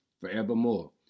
forevermore